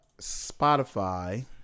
spotify